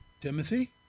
Timothy